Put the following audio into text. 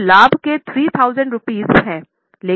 तोलाभ के 3000 रुपये है लेकिन लाभ अभी भी असत्य है